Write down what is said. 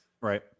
Right